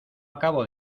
acabo